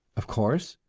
of course,